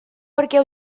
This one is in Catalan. perquè